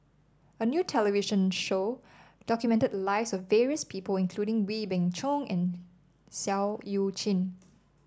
a new television show documented lives of various people including Wee Beng Chong and Seah Eu Chin